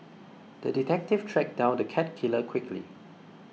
the detective tracked down the cat killer quickly